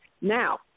Now